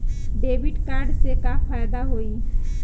Debit card से का फायदा होई?